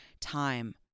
time